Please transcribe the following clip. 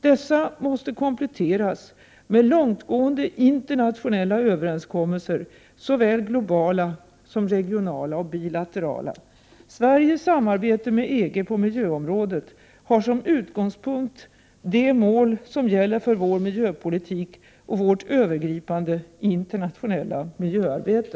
Dessa måste kompletteras med långtgående internationella överenskommelser såväl globala som regionala och bilaterala. Sveriges samarbete med EG på miljöområdet har som utgångspunkt de mål som gäller för vår miljöpolitik och vårt övergripande internationella miljöarbete.